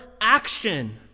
action